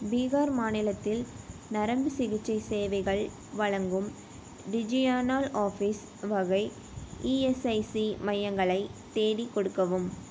பீகார் மாநிலத்தில் நரம்புச் சிகிச்சை சேவைகள் வழங்கும் ரீஜியனல் ஆஃபீஸ் வகை இஎஸ்ஐசி மையங்களை தேடிக் கொடுக்கவும்